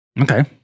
Okay